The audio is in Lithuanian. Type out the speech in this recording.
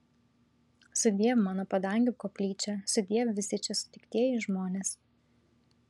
sudiev mano padangių koplyčia sudiev visi čia sutiktieji žmonės